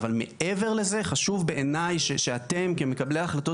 אבל מעבר לזה חשוב בעיניי שאתם כמקבלי ההחלטות